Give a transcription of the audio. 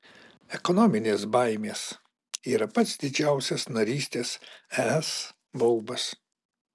ekonominės baimės yra pats didžiausias narystės es baubas